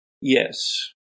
Yes